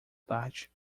tarde